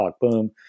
Boom